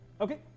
Okay